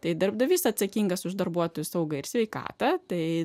tai darbdavys atsakingas už darbuotojų saugą ir sveikatą tai